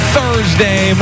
Thursday